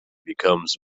becomes